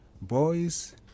boys